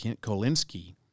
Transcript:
Kolinsky